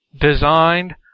designed